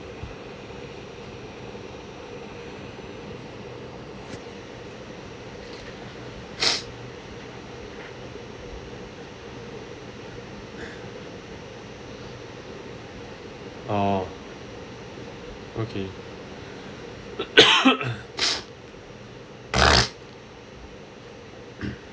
oh okay